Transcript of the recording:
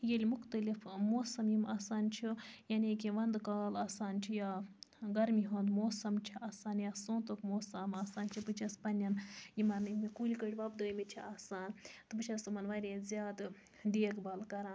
ییٚلہِ مُختلِف موسَم یِم آسان چھِ یعنے کہِ وَنٛدٕ کال آسان چھِ یا گرمی ہُنٛد موسَم چھُ آسان یا سونتُک موسَم آسان چھُ بہٕ چھَس پَننٮ۪ن یِمَن کُلۍ کٔٹۍ وۄبدٲومٕتۍ چھِ آسان تہٕ بہٕ چھَس تِمَن واریاہ زیادٕ دیکھ بال کَران